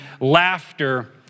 laughter